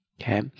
Okay